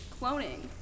Cloning